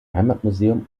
heimatmuseum